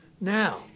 Now